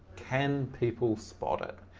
can people spot it?